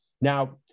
Now